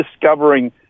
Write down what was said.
discovering